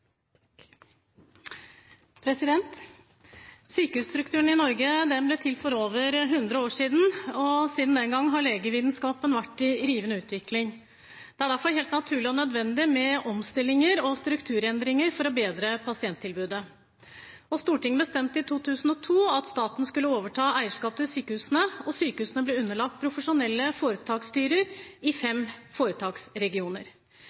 vedtatt. Sykehusstrukturen i Norge ble til for over 100 år siden. Siden den gang har legevitenskapen vært i rivende utvikling. Det er derfor helt naturlig og nødvendig med omstillinger og strukturendringer for å bedre pasienttilbudet. Stortinget bestemte i 2002 at staten skulle overta eierskapet til sykehusene. Sykehusene ble underlagt profesjonelle foretaksstyrer i